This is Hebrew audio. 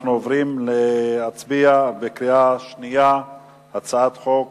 אנחנו עוברים להצבעה בקריאה שנייה על הצעת חוק